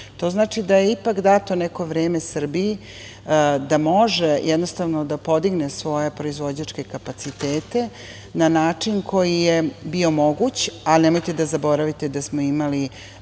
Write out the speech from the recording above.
znači da je ipak dato neko vreme Srbiji da može jednostavno podigne svoje proizvođače kapacitete na način na koji je bio moguć, ali nemojte da zaboravite da smo imali